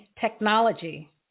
technology